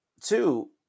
two –